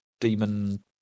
Demon